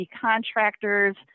contractors